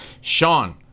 Sean